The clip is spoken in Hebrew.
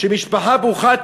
שמשפחה ברוכת ילדים,